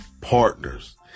partners